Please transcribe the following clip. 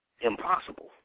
impossible